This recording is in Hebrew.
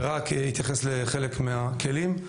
ורק בהתייחס לחלק מהכלים,